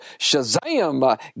shazam